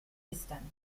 istanbul